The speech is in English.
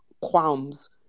qualms